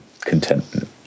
contentment